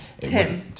Tim